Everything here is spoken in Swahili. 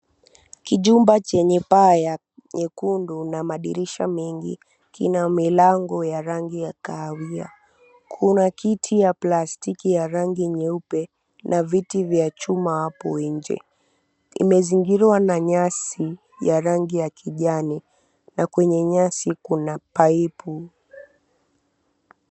Kijumba chenye paa ya nyekundu na madirisha mengi, kina milango ya rangi ya kahawia. Kuna kiti ya plastiki ya rangi nyeupe na viti vya chuma hapo nje. Imezingirwa na nyasi ya rangi ya kijani, na kwenye nyasi kuna paipu.